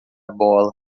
bola